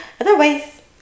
Otherwise